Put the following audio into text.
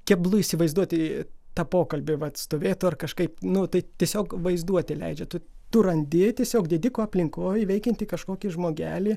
keblu įsivaizduoti tą pokalbį vat stovėtų ar kažkaip nu tai tiesiog vaizduotė leidžia tu tu randi tiesiog didikų aplinkoj veikiantį kažkokį žmogelį